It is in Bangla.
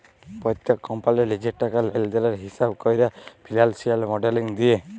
প্যত্তেক কম্পালির লিজের টাকা লেলদেলের হিঁসাব ক্যরা ফিল্যালসিয়াল মডেলিং দিয়ে